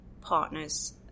partners